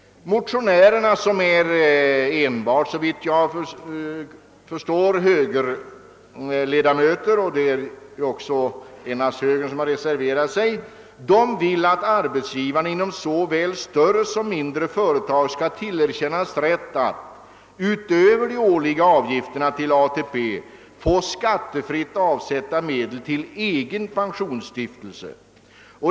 Motionärerna — det är enbart högerledamöter, och det är också högern som har reserverat sig — vill att arbetsgivarna inom såväl större som mindre företag skall tillerkännas rätt att utöver de årliga avgifterna till ATP få skattefritt avsätta medel till egen pensionsstiftelse.